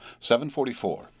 744